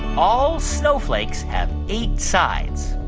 all snowflakes have eight sides?